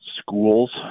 schools